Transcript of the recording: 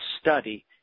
study